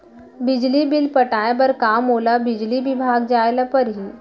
बिजली बिल पटाय बर का मोला बिजली विभाग जाय ल परही?